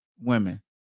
women